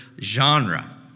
genre